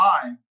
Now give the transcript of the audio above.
time